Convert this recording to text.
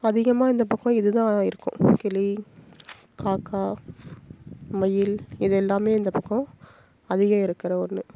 அதிகமாக இந்த பக்கம் இது தான் இருக்கும் கிளி காக்கா மயில் இது எல்லாம் இந்த பக்கம் அதிகம் இருக்கிற ஒன்று